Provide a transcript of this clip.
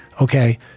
okay